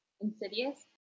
Insidious